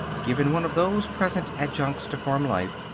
given one of those present adjuncts to farm life,